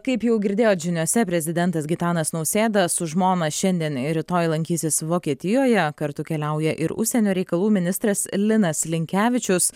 kaip jau girdėjot žiniose prezidentas gitanas nausėda su žmona šiandien ir rytoj lankysis vokietijoje kartu keliauja ir užsienio reikalų ministras linas linkevičius